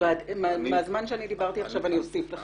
אוסיף לך דקה מהזמן שדיברתי עכשיו.